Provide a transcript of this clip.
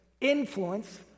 Influence